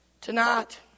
Tonight